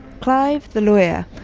clive, the lawyer,